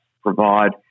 provide